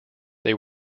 they